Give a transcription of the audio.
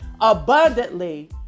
abundantly